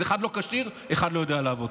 אחד לא כשיר, אחד לא יודע לעבוד.